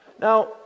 Now